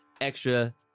extra